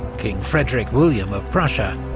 king frederick william of prussia,